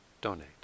donate